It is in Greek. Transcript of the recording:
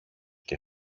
και